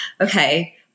okay